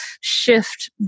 shift